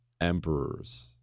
emperors